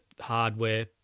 hardware